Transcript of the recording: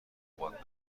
باد